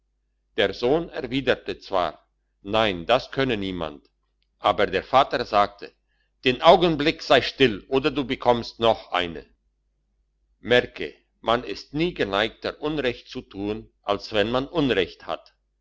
der sohn erwiderte zwar nein das könne niemand aber der vater sagte den augenblick sei still oder du bekommst noch eine merke man ist nie geneigter unrecht zu tun als wenn man unrecht hat